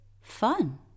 fun